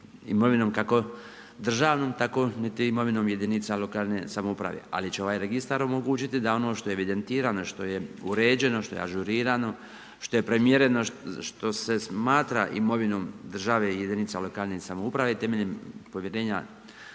imovinom kako državnom tako niti imovinom jedinica lokalne samouprave ali će ovaj registar omogućiti da ono što je evidentirano, što je uređeno, što je ažurirano, što je primjereno, što se smatra imovinom države i jedinica lokalne samouprave temeljem povjerenja,